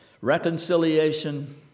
Reconciliation